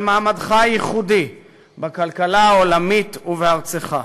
מעמדך הייחודי בכלכלה העולמית ובארצך.